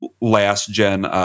last-gen